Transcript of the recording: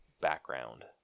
background